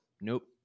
nope